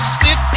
sit